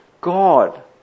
God